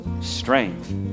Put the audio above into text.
strength